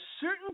certain